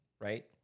right